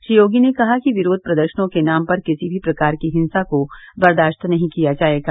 श्री योगी ने कहा कि विरोध प्रदर्शनों के नाम पर किसी भी प्रकार की हिंसा को बर्दारत नहीं किया जाएगा